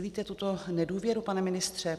Sdílíte tuto nedůvěru, pane ministře?